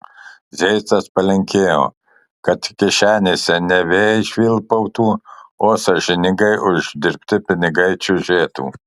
zeicas palinkėjo kad kišenėse ne vėjai švilpautų o sąžiningai uždirbti pinigai čiužėtų